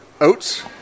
oats